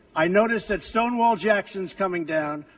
i notice that stonewall jackson's coming down.